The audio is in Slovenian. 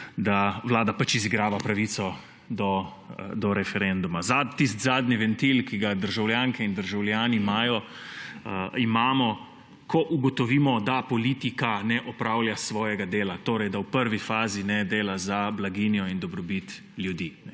da vlada pač izigrava pravico do referenduma. Tisti zadnji ventil, ki ga imamo državljanke in državljani, ko ugotovimo, da politika ne opravlja svojega dela, da v prvi fazi ne dela za blaginjo in dobrobit ljudi.